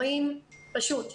רואים פשוט,